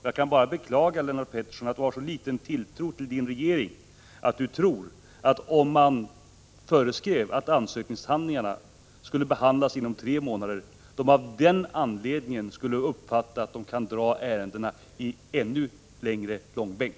Jag kan bara beklaga att Lennart Pettersson har en sådan liten tilltro till sin regering att han tror att om man föreskrev att ansökningshandlingarna skulle behandlas inom tre månader skulle regeringen uppfatta det som att ärendena kunde dras i ännu längre långbänk.